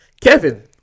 Kevin